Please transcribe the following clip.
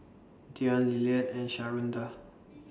Deion Lillard and Sharonda